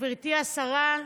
גברתי השרה,